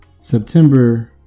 september